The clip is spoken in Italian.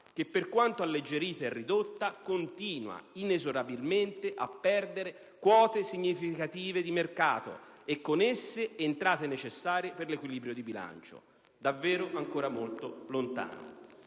che per quanto alleggerita e ridotta continua inesorabilmente a perdere quote significative di mercato e con esse entrate necessarie per l'equilibrio di bilancio, davvero ancora molto lontano.